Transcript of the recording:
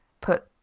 put